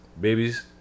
babies